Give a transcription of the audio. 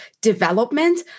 development